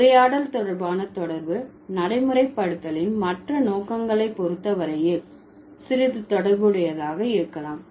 உரையாடல் தொடர்பான தொடர்பு நடைமுறைப்படுத்தலின் மற்ற நோக்கங்களை பொறுத்த வரையில் சிறிது தொடர்புடையதாக இருக்கலாம்